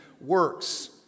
works